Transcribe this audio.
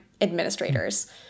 administrators